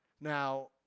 Now